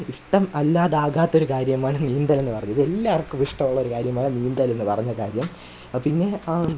ഇഷ്ടം അല്ലാതാകാത്ത ഒരു കാര്യമാണ് നീന്തലെന്ന് പറഞ്ഞത് എല്ലാവര്ക്കും ഇഷ്ടമുള്ളൊരു കാര്യമാണ് നീന്തലെന്ന് പറഞ്ഞ കാര്യം പിന്നെ